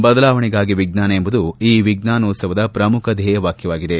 ಬದಲಾವಣೆಗಾಗಿ ವಿಜ್ಞಾನ ಎಂಬುದು ಈ ವಿಜ್ಞಾನೋತ್ಸವದ ಪ್ರಮುಖ ಧ್ಯೇಯವಾಕ್ಯವಾಗಿದೆ